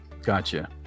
Gotcha